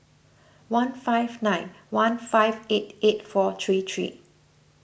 one five nine one five eight eight four three three